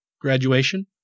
graduation